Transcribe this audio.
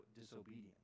disobedience